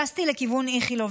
טסתי לכיוון איכילוב,